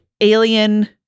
alien